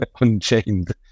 unchained